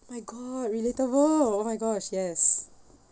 my god relatable oh my gosh yes